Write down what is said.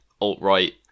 alt-right